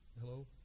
Hello